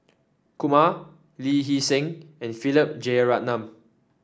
Kumar Lee Hee Seng and Philip Jeyaretnam